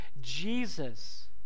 Jesus